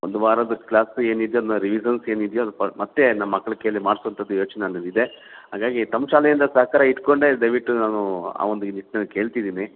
ಒಂದು ವಾರದ ಕ್ಲಾಸ್ ಏನಿದೆಯೋ ಅದನ್ನು ರಿವಿಸನ್ಸ್ ಏನಿದೆಯೋ ಮತ್ತೆ ನಮ್ಮ ಮಕ್ಕಳ ಕೈಲಿ ಮಾಡ್ಸೋವಂತದ್ದು ಯೋಚನೆ ನನ್ನಲ್ಲಿದೆ ಹಾಗಾಗಿ ತಮ್ಮ ಶಾಲೆಯಿಂದ ಸಹಕಾರ ಇಟ್ಕೊಂಡೇ ದಯವಿಟ್ಟು ನಾನು ಆ ಒಂದು ನಿಟ್ಟಿನಲ್ಲಿ ಕೇಳ್ತಿದ್ದೀನಿ